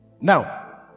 now